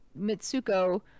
Mitsuko